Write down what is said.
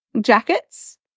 jackets